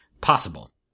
Possible